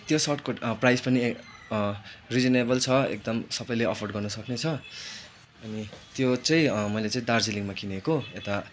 त्यो सर्टको प्राइज पनि ए रिजनेबल छ एकदम सबैले अफोर्ड गर्नु सक्ने छ अनि त्यो चाहिँ मैले चाहिँ दार्जिलिङमा किनेको यता